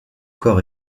corps